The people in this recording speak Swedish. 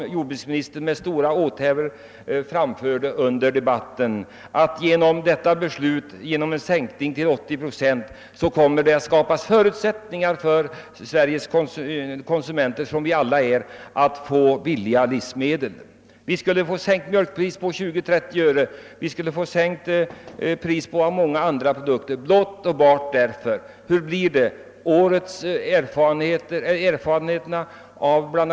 Nej, herr Johanson i Västervik, det blir inte så som jordbruksministern den gången under stora åthävor påstod, att det genom en sänkning till 80-procentig försörjningsgrad skulle skapas förutsätt ningar för Sveriges konsumenter — vi är ju alla konsumenter — att få billiga livsmedel. Jordbruksministern trodde att t.ex. mjölkpriset skulle sänkas med 20—30 öre per liter och att även priset på många andra produkter skulle gå ned.